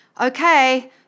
okay